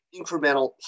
incremental